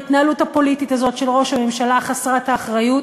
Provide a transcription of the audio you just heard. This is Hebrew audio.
ההתנהלות הפוליטית הזאת של ראש הממשלה חסרת האחריות,